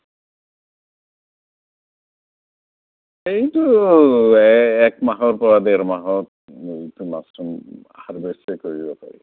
সেইটো একমাহৰ পৰা ডেৰ মাহৰ এইটো মাছৰুম হাৰভেষ্টে কৰিব পাৰি